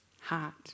heart